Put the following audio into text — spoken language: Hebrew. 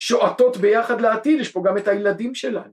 שועטות ביחד לעתיד, יש פה גם את הילדים שלנו.